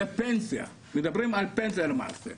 זה פנסיה, מדברים על פנסיה למעשה,